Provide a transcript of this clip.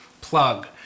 plug